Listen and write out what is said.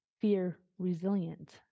fear-resilient